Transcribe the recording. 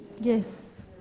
yes